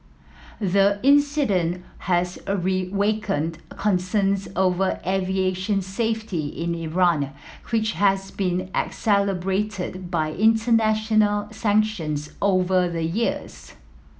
the incident has a reawakened concerns over aviation safety in Iran which has been by international sanctions over the years